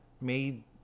made